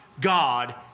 God